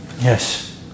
Yes